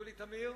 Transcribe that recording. יולי תמיר,